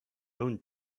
own